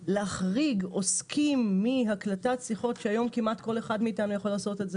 להחריג עוסקים מהקלטת שיחות שהיום כמעט כל אחד מאתנו יכול לעשות את זה